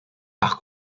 par